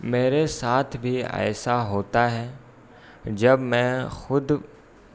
میرے ساتھ بھی ایسا ہوتا ہے جب میں خود